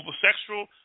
Homosexual